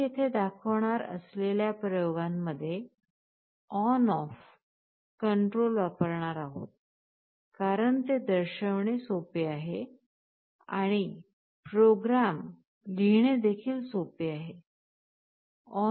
आपण येथे दाखवणार असलेल्या प्रयोगांमध्ये ऑन ऑफ कंट्रोल वापरणार आहोत कारण ते दर्शविणे सोपे आहे आणि प्रोग्राम लिहिणे देखील सोपे आहे